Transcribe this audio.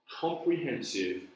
comprehensive